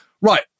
Right